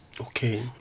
Okay